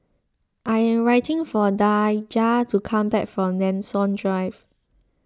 I am waiting for Daijah to come back from Nanson Drive